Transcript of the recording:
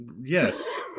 Yes